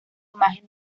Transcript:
imagen